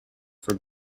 for